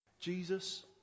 Jesus